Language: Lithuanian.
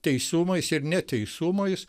teisumais ir neteisumais